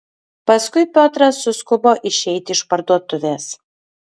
paskui piotras suskubo išeiti iš parduotuvės